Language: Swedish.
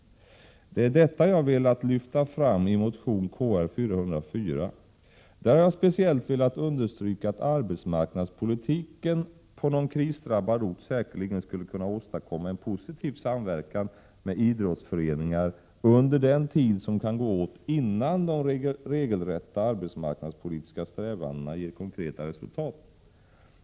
Det är detta som jag velat lyfta fram i motion Kr404. Där har jag speciellt velat understryka att arbetsmarknadspolitiken på någon krisdrabbad ort säkerligen skulle kunna åstadkomma en positiv samverkan med idrottsföreningar under den tid som kan gå åt innan de regelrätta arbetsmarknadspolitiska strävandena ger konkreta resultat.